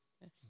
Yes